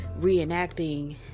reenacting